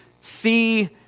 see